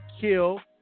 kill